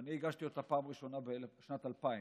ואני הגשתי אותה בפעם הראשונה בשנת 2000,